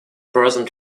present